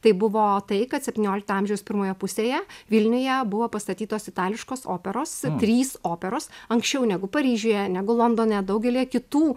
tai buvo tai kad septyniolikto amžiaus pirmoje pusėje vilniuje buvo pastatytos itališkos operos trys operos anksčiau negu paryžiuje negu londone daugelyje kitų